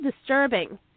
disturbing